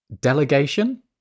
Delegation